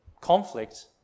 conflict